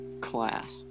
class